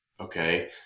Okay